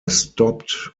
stopped